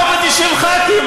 לא ב-90 חברי כנסת,